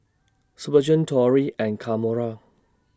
Spurgeon Torry and Kamora